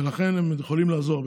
ולכן הם יכולים לעזור.